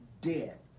dead